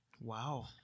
Wow